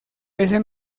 ese